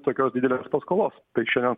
tokios didelės paskolos tai šiandien